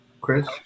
Chris